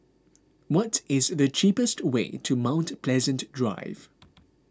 what is the cheapest way to Mount Pleasant Drive